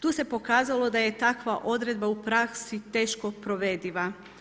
Tu se pokazalo da je takva odredba u praksi teško provediva.